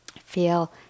feel